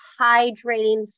hydrating